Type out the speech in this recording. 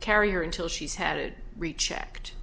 carry her until she's had it rechecked